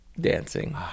dancing